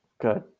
Good